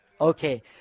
Okay